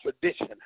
tradition